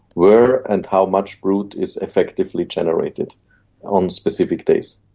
where and how much brood is effectively generated on specific days.